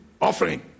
offering